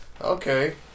Okay